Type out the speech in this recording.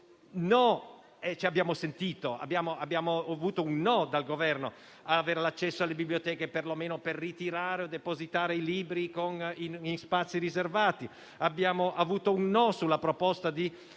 abbiamo avuto un no dal Governo per l'accesso alle biblioteche perlomeno per ritirare o depositare libri in spazi riservati; abbiamo avuto un no alla proposta di